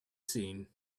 seen